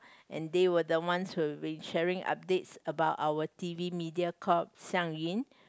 and they were the ones would be share updates about our t_v Mediacorp Xiang-Yun